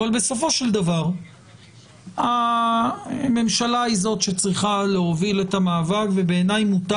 בסופו של דבר הממשלה היא זאת שצריכה להוביל את המאבק ובעיניי מותר